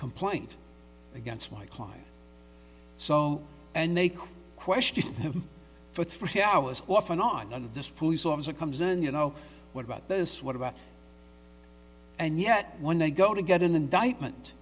complaint against my client so and they questioned him for three hours off and on of this police officer comes in you know what about this what about and yet when they go to get an indictment